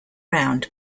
round